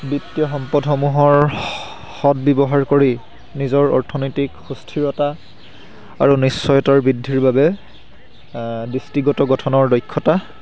বিত্তীয় সম্পদসমূহৰ সদ ব্যৱহাৰ কৰি নিজৰ অৰ্থনৈতিক সুস্থিৰতা আৰু নিশ্চয়তাৰ বৃদ্ধিৰ বাবে দৃষ্টিগত গঠনৰ দক্ষতা